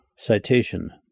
Citation